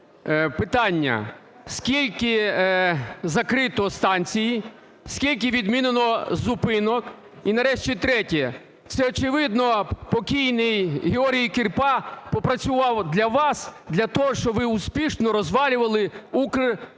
Питання: скільки закрито станцій? Скільки відмінено зупинок? І, нарешті, третє. Це, очевидно, покійний ГеоргійКірпа попрацював для вас для того, щоб ви успішно розвалювали